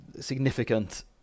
significant